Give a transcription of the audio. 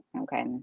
okay